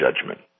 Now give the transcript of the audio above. judgment